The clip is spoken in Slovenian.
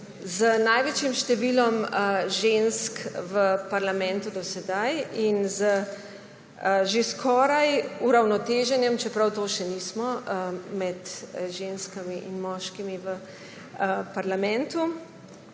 z največjim številom žensk v parlamentu do sedaj in z že skoraj uravnoteženjem, čeprav to še nismo, med ženskimi in moškimi v parlamentu